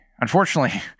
unfortunately